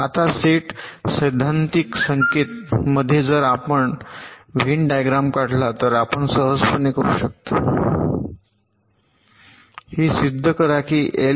आता सेट सैद्धांतिक संकेत मध्ये जर आपण व्हेन डायग्राम काढला तर आपण सहजपणे करू शकता हे सिद्ध करा की एल